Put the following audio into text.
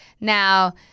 Now